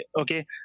okay